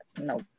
No